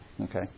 Okay